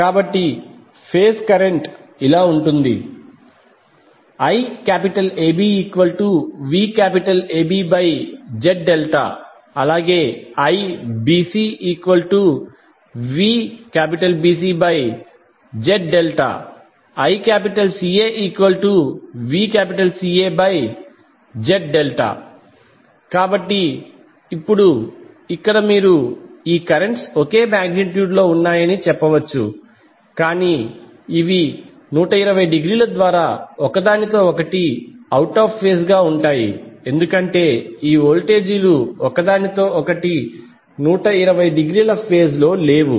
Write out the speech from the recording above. కాబట్టి phase current ఉంటుంది IABVABZ∆ IBCVBCZ∆ ICAVCAZ∆ కాబట్టి ఇప్పుడు ఇక్కడ మీరు ఈ కరెంట్స్ ఒకే మాగ్నిట్యూడ్ లో ఉన్నాయని చెప్పవచ్చు కాని ఇవి 120 డిగ్రీల ద్వారా ఒకదానితో ఒకటి అవుట్ ఆఫ్ ఫేజ్ గా ఉంటాయి ఎందుకంటే ఈ వోల్టేజీలు ఒకదానితో ఒకటి 120 డిగ్రీల ఫేజ్ లో లేవు